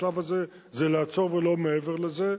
בשלב הזה זה לעצור ולא מעבר לזה,